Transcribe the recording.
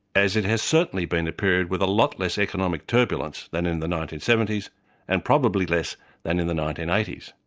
as it has certainly been the period with a lot less economic turbulence than in the nineteen seventy s and probably less than in the nineteen eighty s.